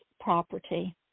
property